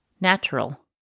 natural